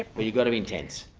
ah but you gotta be intense.